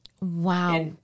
Wow